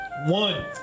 One